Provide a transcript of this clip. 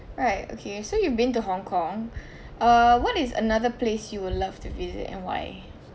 alright okay so you've been to Hong-Kong err what is another place you would love to visit and why